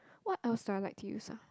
what else do I like to use ah